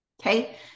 okay